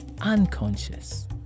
unconscious